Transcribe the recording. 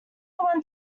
one